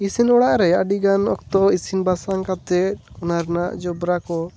ᱤᱥᱤᱱ ᱚᱲᱟᱜ ᱨᱮ ᱟᱹᱰᱤ ᱜᱟᱱ ᱚᱠᱛᱚ ᱤᱥᱤᱱ ᱵᱟᱥᱟᱝ ᱠᱟᱛᱮᱫ ᱚᱱᱟ ᱨᱮᱱᱟᱜ ᱡᱚᱵᱽᱨᱟ ᱠᱚ